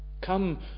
Come